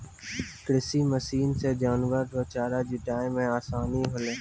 कृषि मशीन से जानवर रो चारा जुटाय मे आसानी होलै